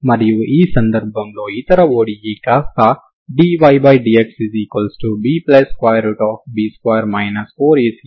దీనిని మీరు పరిష్కారంగా కావాలనుకుంటే దానంతట అదే సంతృప్తి పడేలాగా మీరు దీనిని సులభతరం చేయవచ్చు